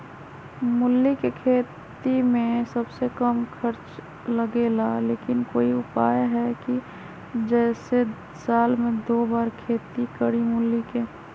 मूली के खेती में सबसे कम खर्च लगेला लेकिन कोई उपाय है कि जेसे साल में दो बार खेती करी मूली के?